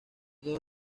dos